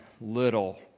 little